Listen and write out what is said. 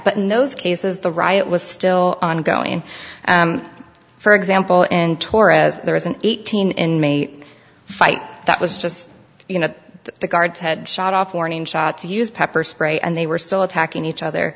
but in those cases the riot was still ongoing for example in torres there is an eighteen inmate fight that was just you know the guards had shot off warning shot to use pepper spray and they were still attacking each other